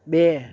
બે